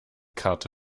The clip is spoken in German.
karte